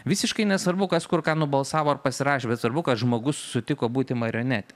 visiškai nesvarbu kas kur ką nubalsavo ar pasirašė bet svarbu kad žmogus sutiko būti marionetė